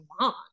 long